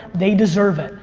they deserve it.